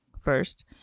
first